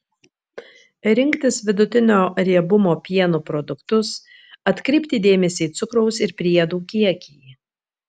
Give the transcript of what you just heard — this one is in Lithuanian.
rinktis vidutinio riebumo pieno produktus atkreipti dėmesį į cukraus ir priedų kiekį